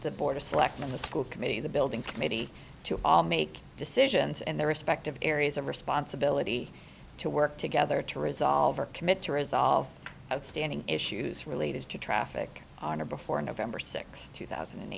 the board of selectmen the school committee the building committee to make decisions and their respective areas of responsibility to work together to resolve or commit to resolve outstanding issues related to traffic on or before november th two thousand and